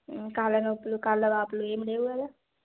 కాళ్ళ నొప్పులు కాళ్ళ వాపులు ఏమి లేవు కదా